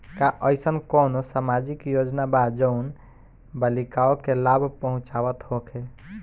का एइसन कौनो सामाजिक योजना बा जउन बालिकाओं के लाभ पहुँचावत होखे?